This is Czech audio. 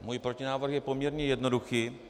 Můj protinávrh je poměrně jednoduchý.